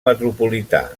metropolità